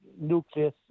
nucleus